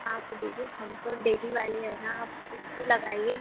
हाँ तो दीदी हम तो डेली वाले हैं ना आप ठीक तो लगाइए